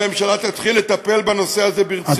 שהממשלה תתחיל לטפל בנושא הזה ברצינות.